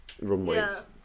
runways